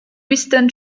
winston